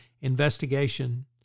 investigation